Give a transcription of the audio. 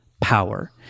power